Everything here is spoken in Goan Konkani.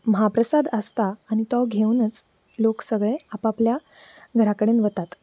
म्हाप्रसाद आसता आनी तो घेवनच लोक सगळे आप आपल्या घरा कडेन वतात